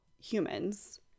humans